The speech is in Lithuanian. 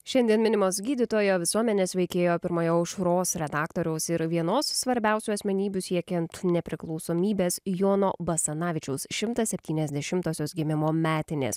šiandien minimos gydytojo visuomenės veikėjo pirmojo aušros redaktoriaus ir vienos svarbiausių asmenybių siekiant nepriklausomybės jono basanavičiaus šimtas septyniasdešimtosios gimimo metinės